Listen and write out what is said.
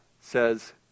says